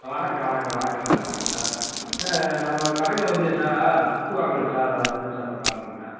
வணக்கம் வணக்கம் வணக்கம் சார் வணக்கம் சார் நம்ம கடையில் வந்து சார் புக்கு வாங்கணும் சார் அதுக்குதான் சார் இப்போ கால் பண்ணிணேன்